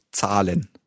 zahlen